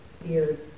steered